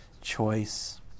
choice